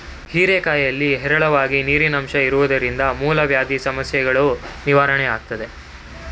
ಹೀರೆಕಾಯಿಲಿ ಹೇರಳವಾಗಿ ನೀರಿನಂಶ ಇರೋದ್ರಿಂದ ಮೂಲವ್ಯಾಧಿ ಸಮಸ್ಯೆಗಳೂ ನಿವಾರಣೆಯಾಗ್ತದೆ